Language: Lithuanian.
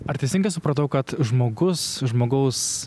ar teisingai supratau kad žmogus žmogaus